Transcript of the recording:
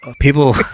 people